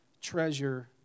treasure